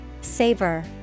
Savor